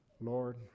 Lord